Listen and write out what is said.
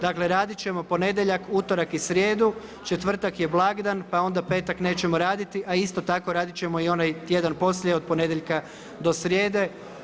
Dakle raditi ćemo ponedjeljak, utorak i srijedu, četvrtak je blagdan pa onda petak nećemo raditi a isto tako raditi ćemo i onaj tjedan poslije od ponedjeljka do srijede.